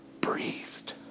breathed